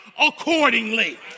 accordingly